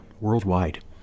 worldwide